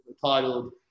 titled